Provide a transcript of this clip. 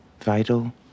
Vital